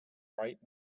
bright